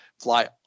fly